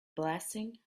blessing